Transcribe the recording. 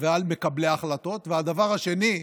ועל מקבלי ההחלטות, הדבר השני,